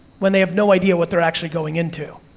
when they have no idea what they're actually going into.